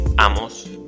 AMOS